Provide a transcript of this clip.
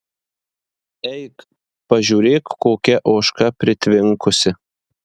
eik pažiūrėk kokia ožka pritvinkusi